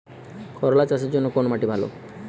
করলা চাষের জন্য কোন মাটি ভালো?